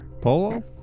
Polo